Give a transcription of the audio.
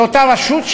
לאותה רשות,